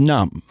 Numb